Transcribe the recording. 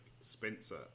Spencer